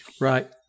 Right